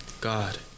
God